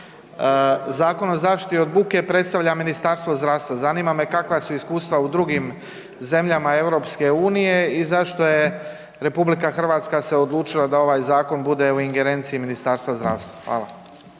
Zakon o zaštiti od buke predstavlja Ministarstvo zdravstva, zanima me kakva su iskustava u drugim zemljama EU i zašto je RH se odlučila da ovaj zakon bude u ingerenciji Ministarstva zdravstva? Hvala.